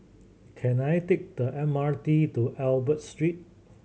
can I take the M R T to Albert Street